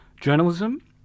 journalism